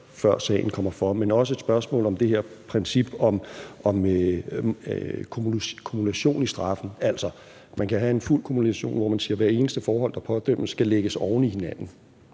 før sagen kommer for, dels et spørgsmål om det her princippet om kumulation i straffen. Man kan have en fuld kumulation, hvor man siger, at hvert eneste forhold, der pådømmes, skal lægges oven i hinanden.